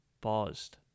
paused